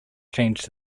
changed